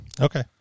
okay